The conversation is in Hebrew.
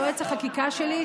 יועץ החקיקה שלי,